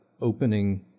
opening